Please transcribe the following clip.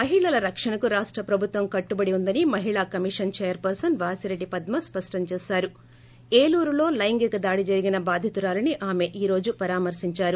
మహిళల రక్షణకు రాష్ట్ర ప్రభుత్వం కట్టుబడి ఉందని మహిళా కమిషన్ చైర్పర్సన్ వాసిరెడ్డి పద్మ స్పష్టం చేశారు ఏలూరులో లైంగికదాడి జరిగిన బాధితురాలిని ఆమె ఈ పరామర్పించారు